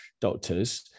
doctors